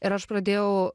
ir aš pradėjau